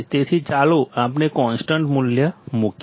તેથી ચાલો આપણે કોન્સ્ટન્ટ મૂલ્ય મૂકીએ